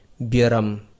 biaram